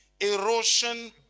Erosion